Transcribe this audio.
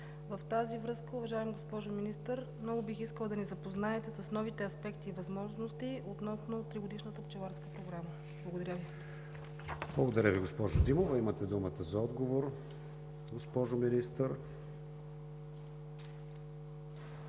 В тази връзка, уважаема госпожо Министър, много бих искала да ни запознаете с новите аспекти и възможности относно тригодишната пчеларска програма. Благодаря Ви. ПРЕДСЕДАТЕЛ КРИСТИАН ВИГЕНИН: Благодаря Ви, госпожо Димова. Имате думата за отговор, госпожо Министър.